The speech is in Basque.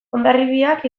hondarribiak